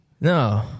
No